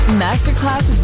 masterclass